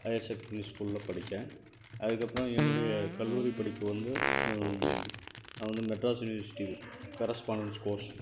higher secondary ஸ்கூலில் படித்தேன் அதுக்கப்புறம் என்னுடைய கல்லூரி படிப்பு வந்து நான் வந்து மெட்ராஸ் யுனிவர்சிட்டி கரெஸ்பாண்டெண்ஸ் கோர்ஸ்